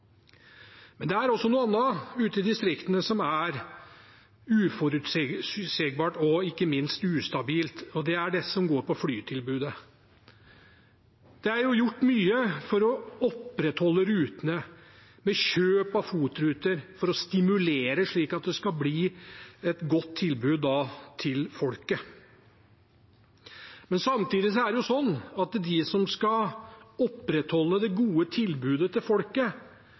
Det er også noe annet ute i distriktene som er uforutsigbart og ikke minst ustabilt, og det er flytilbudet. Det er gjort mye for å opprettholde rutene, med kjøp av FOT-ruter for å stimulere, slik at det skal bli et godt tilbud til folket. Men samtidig er det jo slik at de som skal opprettholde det gode tilbudet til folket